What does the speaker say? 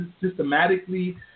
Systematically